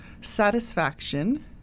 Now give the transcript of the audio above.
satisfaction